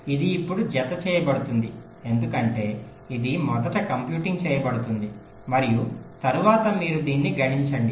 ఇది ఇప్పుడు జతచేయబడుతుంది ఎందుకంటే ఇది మొదట కంప్యూటింగ్ చేయబడుతుంది మరియు తరువాత మీరు దీన్ని గణించండి